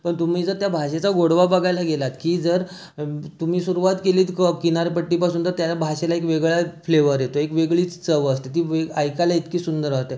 पण तुम्ही जर त्या भाषेचा गोडवा बघायला गेलात की जर तुम्ही सुरवात केलीत क किनारपट्टीपासून तर त्याला भाषेला एक वेगळाच फ्लेवर येतो एक वेगळीच चव असते ती वेग ती ऐकायला इतकी सुंदर राहते